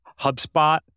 HubSpot